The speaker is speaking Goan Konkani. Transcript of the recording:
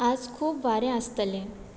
आज खूब वारें आसतलें